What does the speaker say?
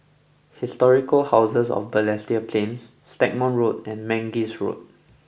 Historic House of Balestier Plains Stagmont Road and Mangis Road